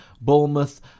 Bournemouth